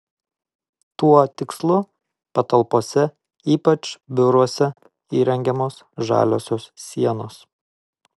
tuo tikslu patalpose ypač biuruose įrengiamos žaliosios sienos